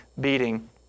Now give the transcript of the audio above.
beating